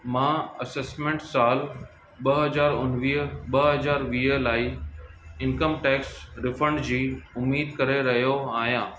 मां असिसिमेंट साल ॿ हज़ार उणिवीह ॿ हज़ार वीह लाइ इंकम टैक्स रिफ़ंड जी उमेदु करे रहियो आहियां